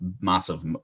massive